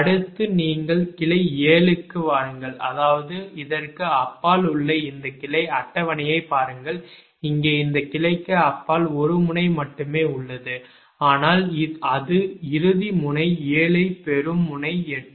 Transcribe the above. அடுத்து நீங்கள் கிளை 7 க்கு வாருங்கள் அதாவது இதற்கு அப்பால் உள்ள இந்த கிளை அட்டவணையைப் பாருங்கள் இங்கே இந்த கிளைக்கு அப்பால் 1 முனை மட்டுமே உள்ளது ஆனால் அது இறுதி முனை 7 ஐப் பெறும் முனை 8